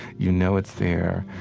you know it's there.